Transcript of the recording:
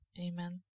Amen